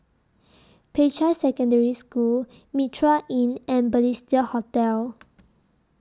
Peicai Secondary School Mitraa Inn and Balestier Hotel